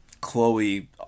Chloe